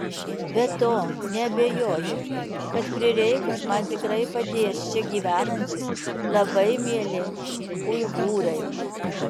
be to neabejoju kad prireikus man tikrai padės čia gyvenantys labai mieli uigūrai